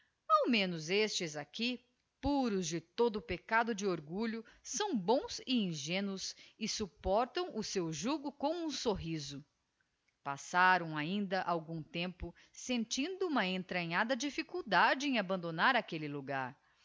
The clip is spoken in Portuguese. ao menos estes aqui puros de todo o peccado de orgulho são bons e ingénuos e supportam o seu jugo com um sorriso passaram ainda algum tempo sentindo uma entranhada difficuldade em abandonar aquelle logar